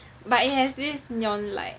but it has this neon light